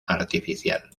artificial